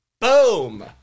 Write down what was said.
Boom